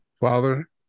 father